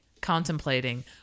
contemplating